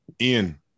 Ian